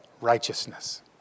righteousness